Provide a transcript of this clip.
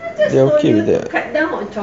they are okay with that